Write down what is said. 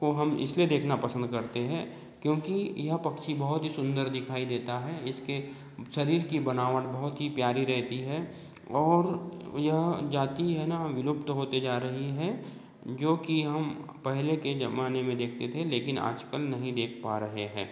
को हम इसलिए देखना पसंद करते हैं क्योंकि यह पक्षी बहुत ही सुंदर दिखाई देता है इसके शरीर की बनावट बहुत ही प्यारी रहती हैं और यह जाति है न विलुप्त होते जा रही है जो कि हम पहले के ज़माने में देखते थे लेकिन आज कल नहीं देख पा रहे हैं